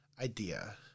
idea